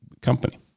company